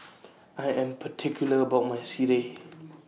I Am particular about My Sireh